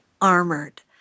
armored